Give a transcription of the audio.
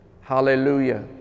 Hallelujah